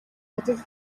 ажил